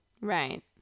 Right